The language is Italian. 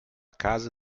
casa